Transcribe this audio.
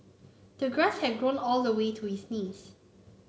the grass had grown all the way to his knees